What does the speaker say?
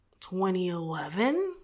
2011